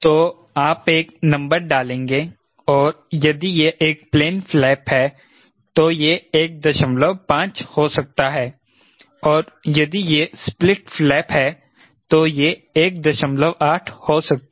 तो आप एक नंबर डालेंगे और यदि यह एक प्लेन फ्लैप है तो यह 15 हो सकता है और यदि यह स्प्लिट फ्लैप है तो यह 18 हो सकता है